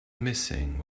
missing